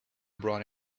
brought